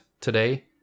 today